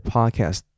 Podcast